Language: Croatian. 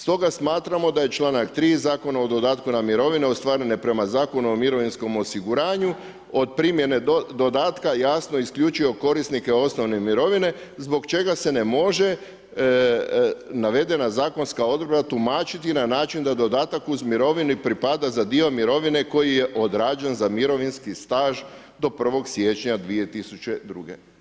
Stoga smatramo da je čl. 3. Zakona o dodatku na mirovine ostvarene prema Zakonu o mirovinskom osiguranju od primjene dodatka jasno isključio korisnike osnovne mirovine zbog čega se ne može navedena zakonska odredba tumačiti na način da dodatak uz mirovinu pripada za dio mirovine koji je odrađen za mirovinski staž do 1. siječnja 2002.